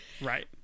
Right